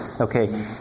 Okay